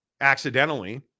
accidentally